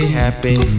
happy